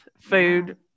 food